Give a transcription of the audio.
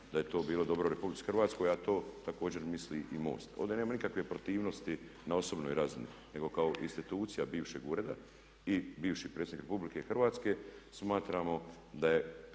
da je to bilo dobro RH a to također i misli MOST. Ovdje nema nikakve protivnosti na osobnoj razini nego kao institucija bivšeg ureda i bivši predsjednik RH smatramo da je